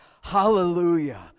Hallelujah